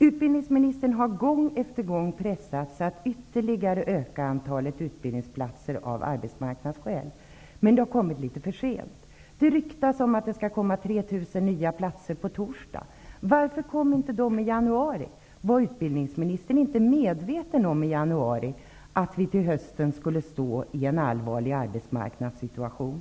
Utbildningsministern har gång efter gång pressats att ytterligare öka antalet utbildningsplatser av arbetsmarknadsskäl. Men det har kommit litet för sent. Det ryktas om att det skall föreslås 3 000 nya platser på torsdag. Varför kom inte förslaget i januari? Var utbildningsministern inte medveten i januari om att vi till hösten skulle stå inför en allvarlig arbetsmarknadssituation?